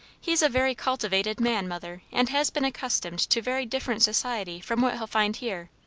he's a very cultivated man, mother and has been accustomed to very different society from what he'll find here.